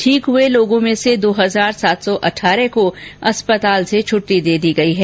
ठीक हुए लोगों में से दो हजार सात सौ अठारह लोगों को अस्पताल से छुट्टी दी गई है